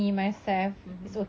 mmhmm